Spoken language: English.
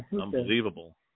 unbelievable